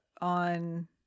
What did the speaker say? on